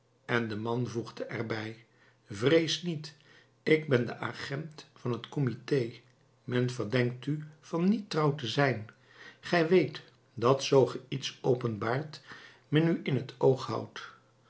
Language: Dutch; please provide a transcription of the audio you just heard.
en de man voegde er bij vrees niet ik ben de agent van het comité men verdenkt u van niet trouw te zijn gij weet dat zoo ge iets openbaardet men u in t oog houdt